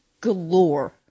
galore